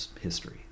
history